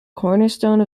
cornerstone